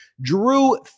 Drew